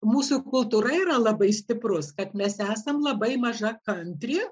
mūsų kultūra yra labai stiprus kad mes esam labai maža kantri